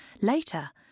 Later